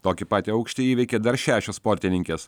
tokį patį aukštį įveikė dar šešios sportininkės